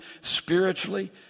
spiritually